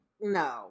No